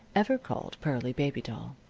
ever called pearlie baby doll,